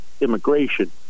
immigration